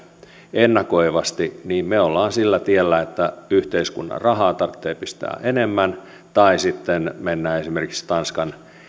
ennakoivasti niin me olemme sillä tiellä että yhteiskunnan rahaa tarvitsee pistää enemmän tai sitten mennään esimerkiksi tanskan